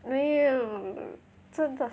没有真的